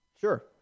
Sure